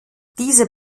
dieser